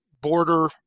border